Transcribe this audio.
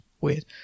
weird